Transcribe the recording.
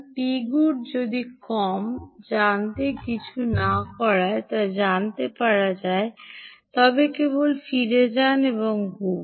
Pgood যদি কম জানতে কিছু না করায় তা জানতে পারা যায় তবে কেবল ফিরে যান এবং ঘুমান